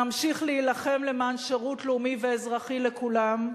נמשיך להילחם למען שירות לאומי ואזרחי לכולם.